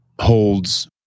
holds